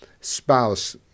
spouse